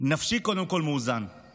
נפשי מאוזן, קודם כול.